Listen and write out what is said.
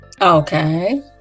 Okay